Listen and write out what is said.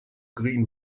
green